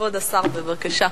כבוד השר, בבקשה.